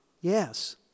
Yes